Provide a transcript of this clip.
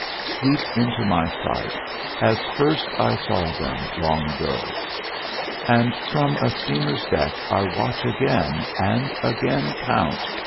sweep into my sight as first i saw them long ago and from a steamer's deck i watch again, and again count,